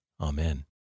Amen